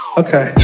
okay